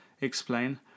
Explain